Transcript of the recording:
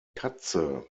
katze